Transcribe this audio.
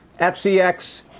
FCX